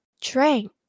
drank